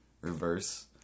reverse